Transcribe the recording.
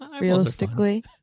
realistically